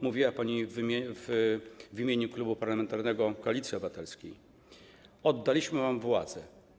Mówiła pani w imieniu Klubu Parlamentarnego Koalicja Obywatelska: oddaliśmy wam władzę.